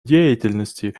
деятельности